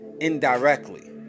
indirectly